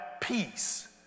peace